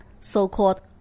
so-called